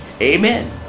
Amen